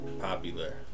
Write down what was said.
popular